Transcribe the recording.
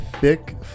thick